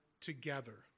together